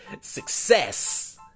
success